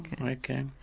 Okay